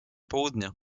południa